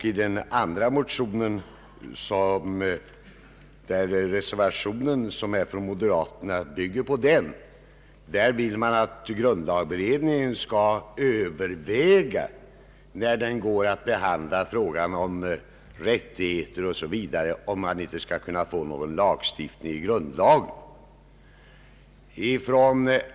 I motionsparet I: 329 och II: 365, som har föranlett en reservation från moderaterna i utskottet, yrkas att grundlagberedningen, när den går att behandla frågan om rättigheter 0. s. v., skall överväga om inte bestämmelser med förbud mot kollektivanslutning skulle kunna införas i grundlagen.